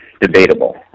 Debatable